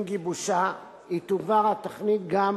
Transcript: עם גיבושה תועבר התוכנית גם